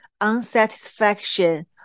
unsatisfaction